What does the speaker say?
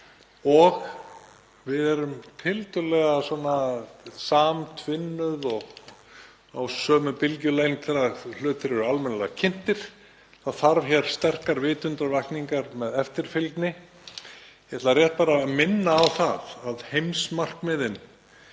og við erum tiltölulega samtvinnuð og á sömu bylgjulengd þegar hlutir eru almennilega kynntir. Það þarf sterka vitundarvakningu með eftirfylgni. Ég ætla bara að minna á það að heimsmarkmiðin